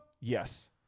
Yes